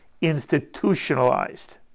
institutionalized